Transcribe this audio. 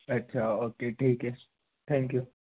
अच्छा अच्छा ओके ठीक है थैंक यू